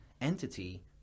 entity